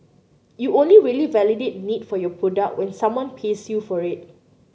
you only really validate the need for your product when someone pays you for it